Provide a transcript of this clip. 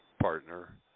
partner